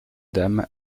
dame